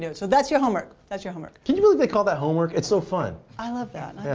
yeah but so that's your homework. that's your homework. can you believe they call that homework? it's so fun. i love that.